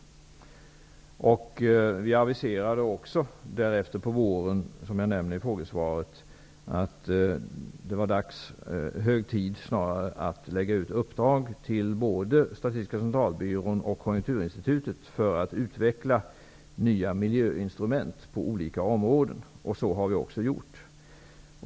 Som jag nämnde i frågesvaret aviserade vi därefter på våren att det var hög tid att lägga ut uppdrag till både Statistiska centralbyrån och Konjunkturinstitutet för att de skulle utveckla nya miljöinstrument på olika områden. Så har också skett.